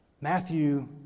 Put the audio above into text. Matthew